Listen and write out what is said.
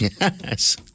yes